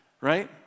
right